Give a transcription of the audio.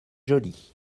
jolie